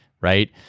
right